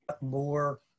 more